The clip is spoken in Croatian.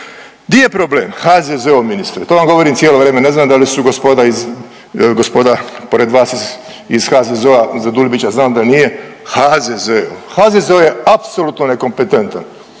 Di je problem? HZZO ministre, to vam govorim cijelo vrijeme, ne znam da li su gospoda iz, gospoda pored vas iz HZZO-a, za Dulibića znam da nije, HZZO, HZZO je apsolutno nekompetentan,